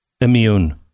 Immune